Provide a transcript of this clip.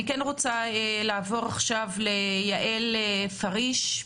אני רוצה לעבור עכשיו ליעל פריש.